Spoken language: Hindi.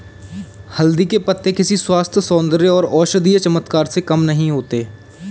हल्दी के पत्ते किसी स्वास्थ्य, सौंदर्य और औषधीय चमत्कार से कम नहीं होते